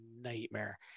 nightmare